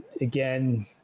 again